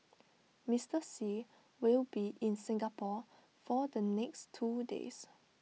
Mister Xi will be in Singapore for the next two days